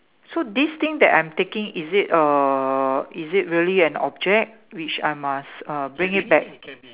so this thing that I'm taking is it err is it really an object which I must uh bring it back